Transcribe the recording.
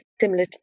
similar